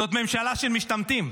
זאת ממשלה של משתמטים.